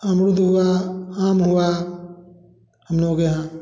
अमरूद हुआ आम हुआ आम हो गया